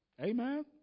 Amen